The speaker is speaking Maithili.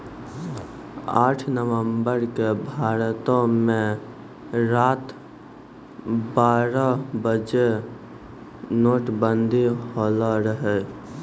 आठ नवम्बर के भारतो मे रात बारह बजे नोटबंदी होलो रहै